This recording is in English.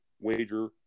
wager